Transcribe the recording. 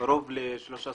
קרוב ל-13 שנים.